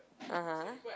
(uh huh)